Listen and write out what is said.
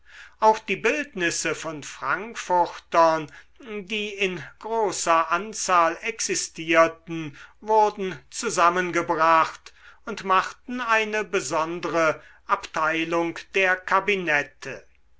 auch die bildnisse von frankfurtern die in großer anzahl existierten wurden zusammengebracht und machten eine besondre abteilung der kabinette